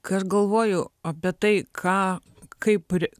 kai aš galvoju apie tai ką kaip re